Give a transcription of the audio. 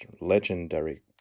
legendary